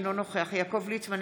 אינו נוכח יעקב ליצמן,